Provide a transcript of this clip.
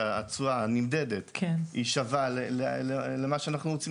שהתשואה הנמדדת היא שווה למה שאנחנו רוצים